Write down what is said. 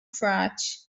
crutch